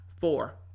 Four